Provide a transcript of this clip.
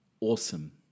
awesome